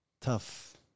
tough